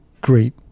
great